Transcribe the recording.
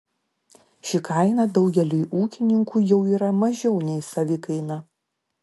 ši kaina daugeliui ūkininkų jau yra mažiau nei savikaina